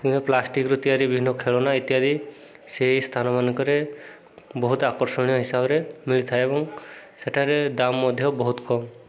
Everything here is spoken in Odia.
କିମ୍ବା ପ୍ଲାଷ୍ଟିକ୍ର ତିଆରି ବିଭିନ୍ନ ଖେଳନା ଇତ୍ୟାଦି ସେଇ ସ୍ଥାନମାନଙ୍କରେ ବହୁତ ଆକର୍ଷଣୀୟ ହିସାବରେ ମିଳିଥାଏ ଏବଂ ସେଠାରେ ଦାମ ମଧ୍ୟ ବହୁତ କମ୍